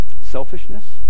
selfishness